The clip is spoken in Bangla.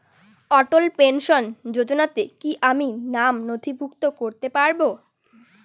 অটল পেনশন যোজনাতে কি আমি নাম নথিভুক্ত করতে পারবো?